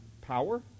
power